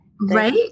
right